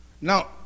Now